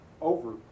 over